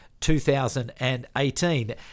2018